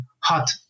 hot